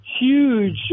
huge